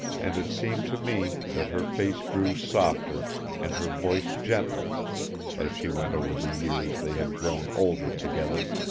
and it seemed to me that her face grew softer and her voice gentler as she went over the years they had grown older together,